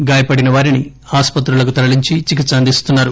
గాయపడిన వారిని ఆసుపత్రులకు తరలించి చికిత్స అందిస్తున్నారు